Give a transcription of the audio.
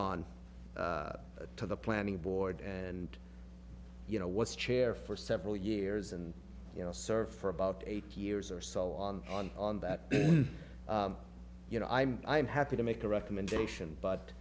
liaison to the planning board and you know what's chair for several years and you know served for about eight years or so on on on that you know i'm i'm happy to make a recommendation but